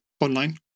online